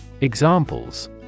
Examples